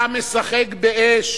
אתה משחק באש.